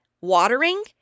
Watering